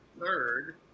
third